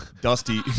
Dusty